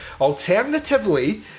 Alternatively